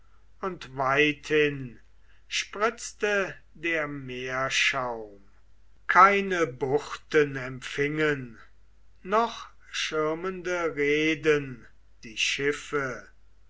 und weithin spritzte der meerschaum keine buchten empfingen noch schirmende reeden die schiffe